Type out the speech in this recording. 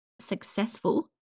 successful